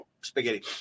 spaghetti